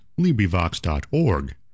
LibriVox.org